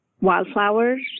wildflowers